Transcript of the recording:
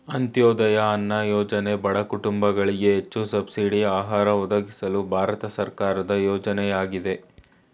ಅಂತ್ಯೋದಯ ಅನ್ನ ಯೋಜನೆ ಬಡ ಕುಟುಂಬಗಳಿಗೆ ಹೆಚ್ಚು ಸಬ್ಸಿಡಿ ಆಹಾರ ಒದಗಿಸಲು ಭಾರತ ಸರ್ಕಾರದ ಯೋಜನೆಯಾಗಯ್ತೆ